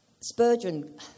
Spurgeon